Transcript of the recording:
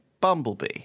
bumblebee